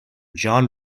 john